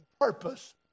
purpose